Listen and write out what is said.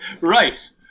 right